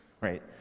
Right